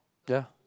ya